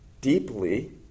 deeply